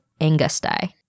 angusti